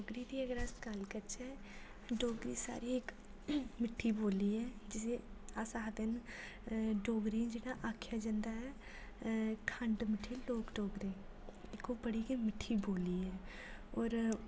डोगरी दी अगर अस गल्ल करचै डोगरी साढ़ी इक मिठ्ठी बोलो ऐ जिसी अस आखदे न डोगरी जेह्ड़ा आखेआ जंदा ऐ खंड मिठ्ठे लोक डोगरे इक ओह् बड़ी गै मिठ्ठी बोली ऐ होर